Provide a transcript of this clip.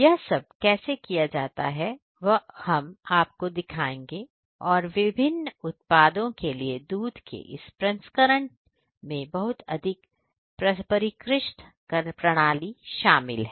यह सब कैसे किया जाता है वह अब हम आपको दिखाएंगे और विभिन्न उत्पादों के लिए दूध के इस प्रसंस्करण में बहुत अधिक परिष्कृत प्रणाली शामिल है